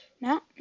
Now